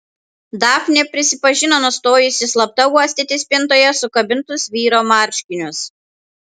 dafnė prisipažino nustojusi slapta uostyti spintoje sukabintus vyro marškinius